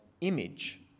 image